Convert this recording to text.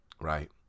Right